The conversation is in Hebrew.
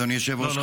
אדוני היושב-ראש,